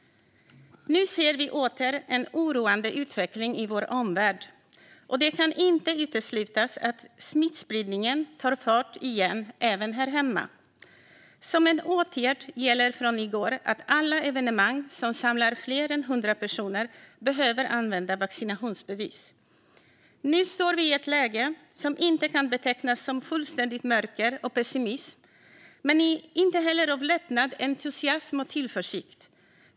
Nu ser vi åter en oroande utveckling i vår omvärld, och det kan inte uteslutas att smittspridningen tar fart igen även här hemma. Som en åtgärd gäller från i går att alla evenemang som samlar fler än 100 personer behöver använda vaccinationsbevis. Nu står vi i ett läge som inte kan betecknas som fullständigt mörker och pessimism men inte heller präglas av lättnad, entusiasm eller tillförsikt.